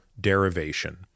derivation